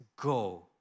go